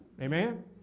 amen